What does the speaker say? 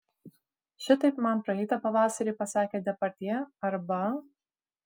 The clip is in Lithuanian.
šitaip man praeitą pavasarį pasakė depardjė arba